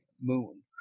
Moon